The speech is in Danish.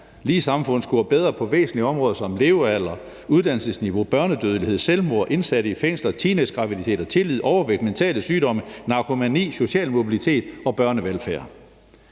lige samfund scorer bedre på væsentlige områder som levealder, uddannelsesniveau, børnedødelighed og i forhold til selvmord, indsatte i fængsler, teenagegraviditeter, tillid, overvægt, mentale sygdomme, narkomani, socialt mobilitet og børnevelfærd.